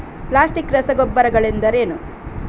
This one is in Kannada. ಪ್ಲಾಸ್ಟಿಕ್ ರಸಗೊಬ್ಬರಗಳೆಂದರೇನು?